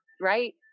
right